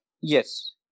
yes